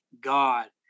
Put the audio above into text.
God